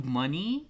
money